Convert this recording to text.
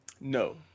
No